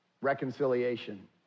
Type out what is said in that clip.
reconciliation